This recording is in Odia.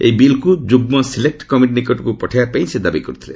ଏହି ବିଲ୍କୁ ଯୁଗ୍ମ ଚୟନ କମିଟି ନିକଟକୁ ପଠାଇବା ପାଇଁ ସେ ଦାବି କରିଥିଲେ